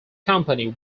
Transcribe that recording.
company